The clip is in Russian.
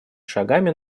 шагами